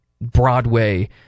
broadway